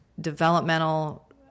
developmental